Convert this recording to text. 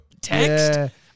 text